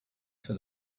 for